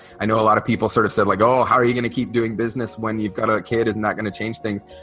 i know a lot of people sort of said like oh how are you gonna keep doing business when you've got a kid is not gonna change things.